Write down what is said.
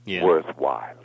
worthwhile